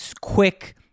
quick